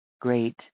great